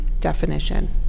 definition